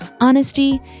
honesty